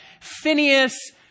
Phineas